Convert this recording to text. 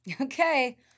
Okay